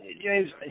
James